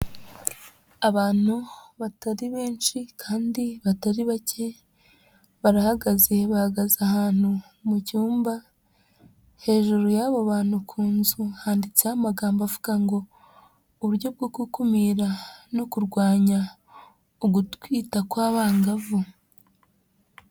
Abantu batari benshi kandi batari bake barahagaze, bahagaze ahantu mu cyumba, hejuru y'abo bantu ku nzu handitseho amagambo avuga ngo uburyo bwo gukumira no kurwanya ugutwita kw'abangavu.